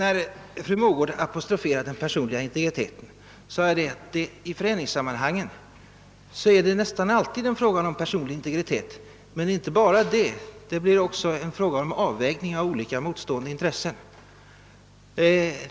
Fru Mogård apostroferade den personliga integriteten. Jag framhöll att det i föreningssammanhang inte bara är fråga om personlig integritet, utan också ofta om avvägning mellan olika motstående intressen.